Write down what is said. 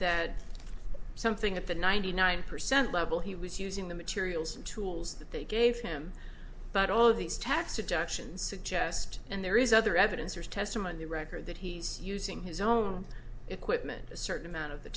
that something at the ninety nine percent level he was using the materials and tools that they gave him but all of these tax deductions suggest and there is other evidence or testimony record that he's using his own equipment a certain amount of the